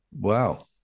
Wow